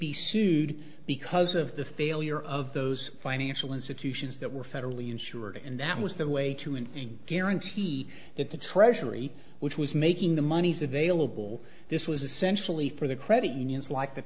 be sued because of the failure of those financial institutions that were federally insured and that was the way to end guarantee that the treasury which was making the monies available this was essentially for the credit unions like the